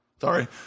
Sorry